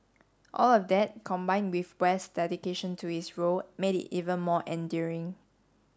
all of that combined with west dedication to his role made it even more endearing